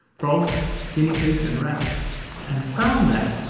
frogs, guinea pigs and rats and found that,